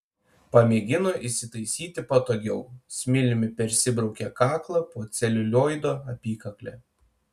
pamėgino įsitaisyti patogiau smiliumi persibraukė kaklą po celiulioido apykakle